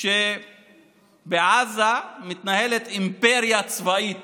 שבעזה מתנהלת אימפריה צבאית